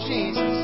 Jesus